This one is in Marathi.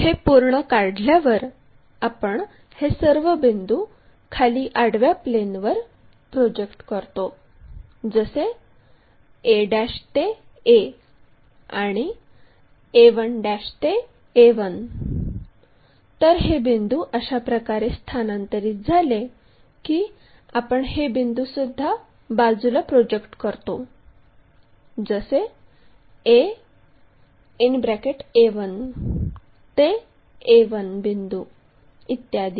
हे पूर्ण काढल्यावर आपण हे सर्व बिंदू खाली आडव्या प्लेनवर प्रोजेक्ट करतो जसे a ते a आणि a1 ते a1 तर हे बिंदू अशाप्रकारे स्थानांतरित झाले की आपण हे बिंदूसुद्धा बाजूला प्रोजेक्ट करतो जसे a ते a1 बिंदू इत्यादी